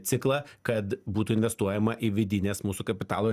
ciklą kad būtų investuojama į vidines mūsų kapitalo